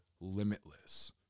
limitless